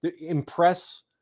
impress